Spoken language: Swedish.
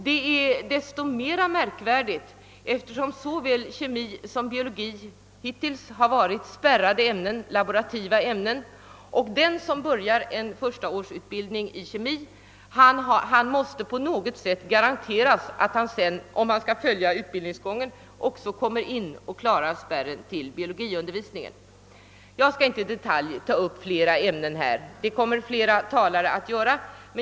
Detta är desto mera märkvärdigt som såväl kemi som biologi hittills har varit spärrade, laborativa ämnen. Den som får förstaårsutbildning i kemi måste, om han skall kunna följa utbildningsgången, på något sätt garanteras att han kommer in och klarar spärren till biologiundervisningen. Jag skall inte ta upp flera punkter. Det kommer andra talare här att göra.